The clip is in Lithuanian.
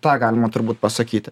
tą galima turbūt pasakyti